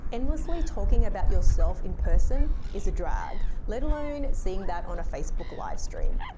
endlessly talking about yourself in person is a drag. let alone seeing that on a facebook livestream.